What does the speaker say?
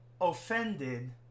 offended